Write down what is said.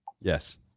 Yes